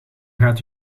gaat